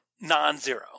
non-zero